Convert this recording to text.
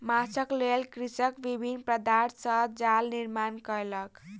माँछक लेल कृषक विभिन्न पदार्थ सॅ जाल निर्माण कयलक